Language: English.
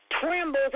Trembles